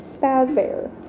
Fazbear